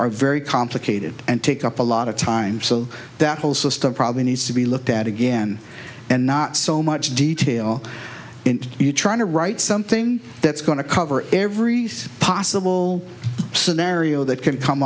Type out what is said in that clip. very complicated and take up a lot of time so that whole system probably needs to be looked at again and not so much detail and you try to write something that's going to cover every possible scenario that can come